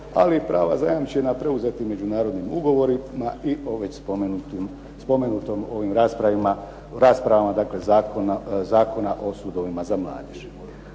ali i prava zajamčena preuzetim međunarodnim ugovorima i o već spomenutim, spomenutom ovim raspravama dakle Zakona o sudovima za mladež.